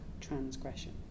transgression